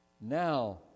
Now